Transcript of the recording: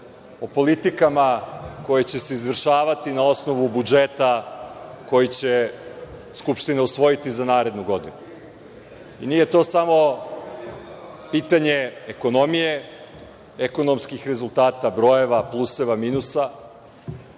o politikama koje će se izvršavati na osnovu budžeta koji će Skupština usvojiti za narednu godinu. Nije to samo pitanje ekonomije, ekonomskih rezultata, brojeva, pluseva, minusa,